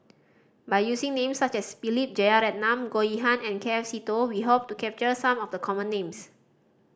by using names such as Philip Jeyaretnam Goh Yihan and K F Seetoh we hope to capture some of the common names